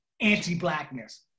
anti-blackness